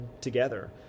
together